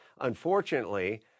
Unfortunately